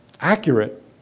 accurate